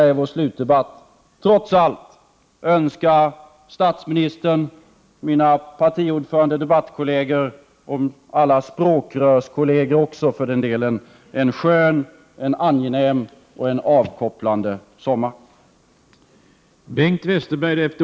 Låt mig allra sist trots allt önska statsministern, mina partiordförandedebattkolleger — och alla språkrörskolleger också för den delen — en skön, angenäm och avkopplande sommar.